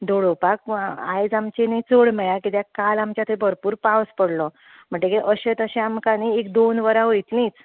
धोडोपाक आयज आमचे न्हय चड मेळ्ळां कित्याक काल आमच्या थंय बरपूर पावस पडलो मागीर अशें तशें आमकां न्हय एक दोन वरां वयतलींच